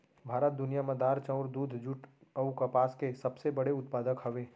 भारत दुनिया मा दार, चाउर, दूध, जुट अऊ कपास के सबसे बड़े उत्पादक हवे